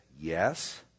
yes